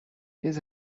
his